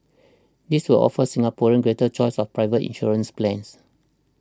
this will offer Singaporeans greater choice of private insurance plans